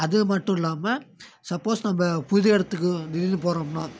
அது மட்டும் இல்லாமல் சப்போஸ் நம்ம புது இடத்துக்கு திடீர்னு போறோன்னால்